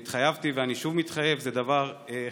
התחייבתי ואני שוב מתחייב: זה דבר חשוב,